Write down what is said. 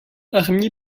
army